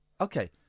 okay